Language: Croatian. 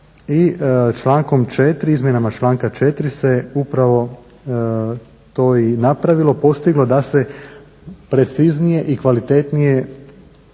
prava i izmjenama članka 4. se upravo to i napravilo, postiglo da se preciznije i kvalitetnije